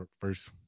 first